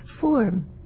form